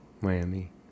Miami